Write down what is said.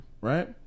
Right